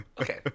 Okay